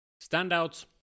Standouts